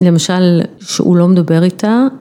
‫למשל, שהוא לא מדבר איתה.